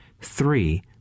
three